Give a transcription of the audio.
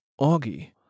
Augie